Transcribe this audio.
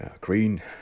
green